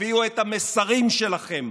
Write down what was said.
הביאו את המסרים שלכם,